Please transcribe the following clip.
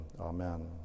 Amen